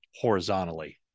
horizontally